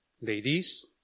Ladies